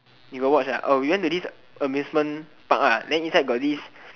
you got watch ah oh we went to this amusement park ah then inside got this